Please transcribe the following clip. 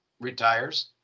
retires